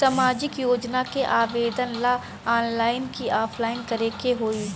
सामाजिक योजना के आवेदन ला ऑनलाइन कि ऑफलाइन करे के होई?